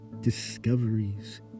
discoveries